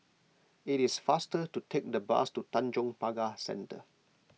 it is faster to take the bus to Tanjong Pagar Centre